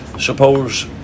suppose